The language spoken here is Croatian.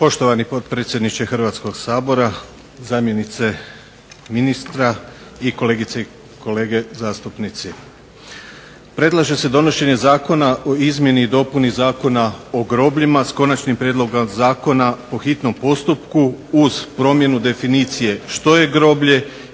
Poštovani potpredsjedniče Hrvatskog sabora, zamjenice ministra, kolegice i kolege zastupnici. Predlaže se donošenje zakona o izmjeni i dopuni Zakona o grobljima, s Konačnim prijedlogom zakona po hitnom postupku uz promjenu definicije što je groblje